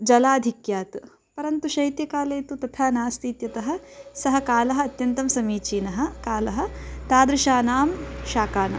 जलाधिक्यात् परन्तु शैत्यकाले तु तथा नास्ति इत्यतः सः कालः अत्यन्तं समीचीनः कालः तादृशानां शाकानां